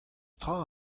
tra